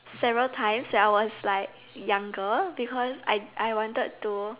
several times when I was like younger because I I wanted to